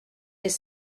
les